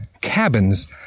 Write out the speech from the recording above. cabins